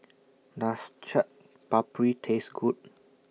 Does Chaat Papri Taste Good